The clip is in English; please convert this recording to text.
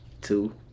Two